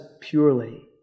purely